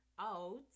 out